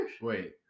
Wait